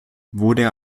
wurde